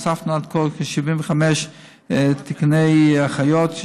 הוספנו עד כה כ-75 תקני אחיות,